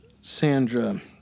Sandra